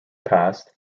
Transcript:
passed